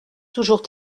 toujours